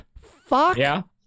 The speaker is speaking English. Fuck